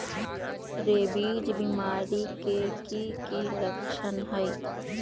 rabies बीमारी के कि कि लच्छन हई